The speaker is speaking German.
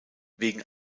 wegen